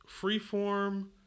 Freeform